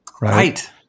right